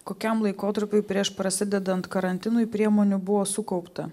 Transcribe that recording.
kokiam laikotarpiui prieš prasidedant karantinui priemonių buvo sukaupta